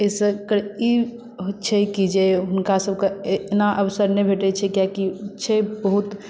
एहिसँ ई छै कि जे हुनकासभकेँ एना अवसर नहि भेटैत छै किया कि छै बहुत